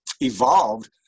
evolved